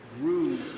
grew